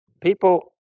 people